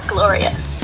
Glorious